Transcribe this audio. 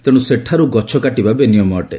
ତେଣୁ ସେଠାରୁ ଗଛ କାଟିବା ବେନିୟମ ଅଟେ